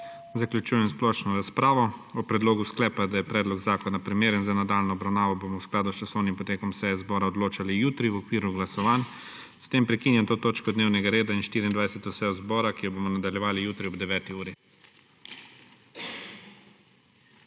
Zaključujem splošno razpravo. O predlogu sklepa, da je predlog zakona primeren za nadaljnjo obravnavo, bomo v skladu s časovnim potekom seje zbora odločali jutri v okviru glasovanj. S tem prekinjam to točko dnevnega reda in 24. sejo zbora, ki jo bomo nadaljevali jutri ob 9. uri.